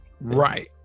right